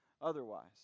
otherwise